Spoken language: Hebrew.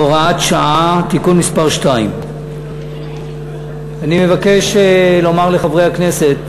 (הוראת שעה) (תיקון מס' 2). אני מבקש לומר לחברי הכנסת,